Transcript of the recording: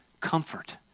comfort